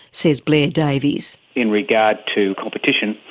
says blair davies. in regard to competition,